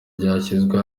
ryashyizwe